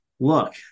Look